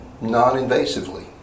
non-invasively